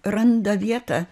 randa vietą